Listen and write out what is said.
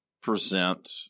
present